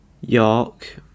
York